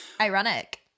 ironic